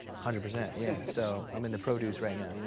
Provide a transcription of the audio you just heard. hundred percent. yeah, so i'm in the produce right now, you know